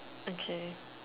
okay